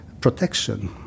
protection